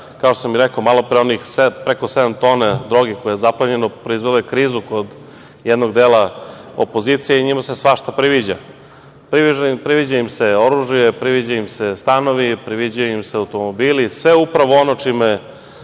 Kao što sam i rekao malopre, onih preko sedam tona droge koje je zaplenjeno, proizvelo je krizu kod jednog dela opozicije i njima se svašta priviđa. Priviđa im se oružje, priviđaju im se stanovi, priviđaju im se automobili, sve upravo ono čime